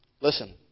Listen